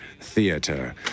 Theater